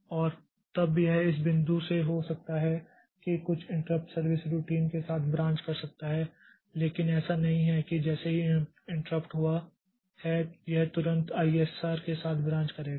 और तब यह इस बिंदु से हो सकता है कि कुछ इंट्रप्ट सर्विस रूटीन के साथ ब्रांच कर सकता है लेकिन ऐसा नहीं है कि जैसे ही इंटरप्ट हुआ है यह तुरंत आईएसआर के साथ ब्रांच करेगा